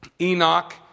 Enoch